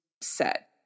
set